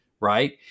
right